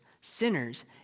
sinners